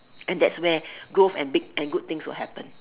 and that's where growth and big and good things would happen